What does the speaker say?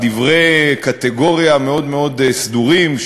דברי קטגוריה מאוד מאוד סדורים,